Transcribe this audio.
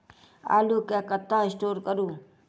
आलु केँ कतह स्टोर करू?